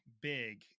big